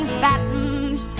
fattens